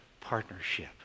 partnership